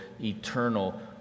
eternal